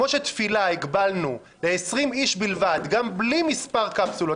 את התפילה הגבלנו ל-20 אנשים בלבד גם בלי מספר קפסולות.